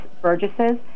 Burgesses